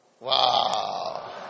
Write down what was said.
wow